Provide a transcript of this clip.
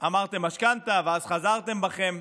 אמרתם: משכנתה, ואז חזרתם בכם.